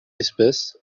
espèce